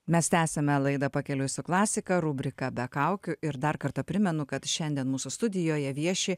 mes tęsiame laidą pakeliui su klasika rubrika be kaukių ir dar kartą primenu kad šiandien mūsų studijoje vieši